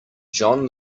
john